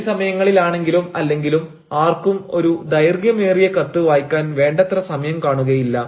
ജോലി സമയങ്ങളിൽ ആണെങ്കിലും അല്ലെങ്കിലും ആർക്കും ഒരു ദൈർഘ്യമേറിയ കത്ത് വായിക്കാൻ വേണ്ടത്ര സമയം കാണുകയില്ല